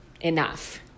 enough